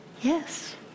Yes